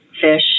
fish